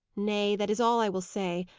nay, that is all i will say.